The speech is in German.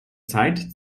zeit